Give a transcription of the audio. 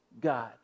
God